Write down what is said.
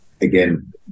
again